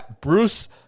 bruce